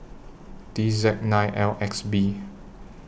D Z nine L X B